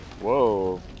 Whoa